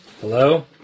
Hello